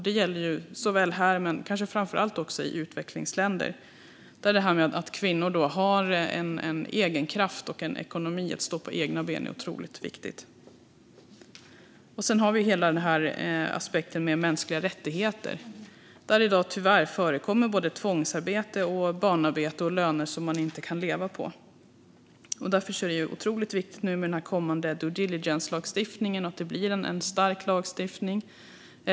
Det gäller här och framför allt i utvecklingsländer, det vill säga att det är otroligt viktigt att kvinnor har egen kraft och ekonomi att stå på egna ben. Sedan finns hela aspekten med mänskliga rättigheter. Tyvärr förekommer i dag både tvångsarbete, barnarbete och lönenivåer som det inte går att leva på. Därför är det otroligt viktigt med den kommande due diligence-lagstiftningen. Det måste bli en stark lagstiftning.